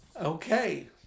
Okay